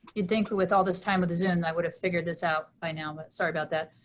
you'd think with all this time with the zoom, i would have figured this out by now, but sorry about that.